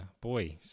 boy